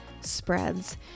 spreads